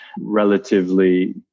relatively